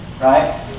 Right